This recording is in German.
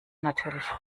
natürlich